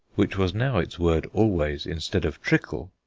which was now its word always instead of trickle,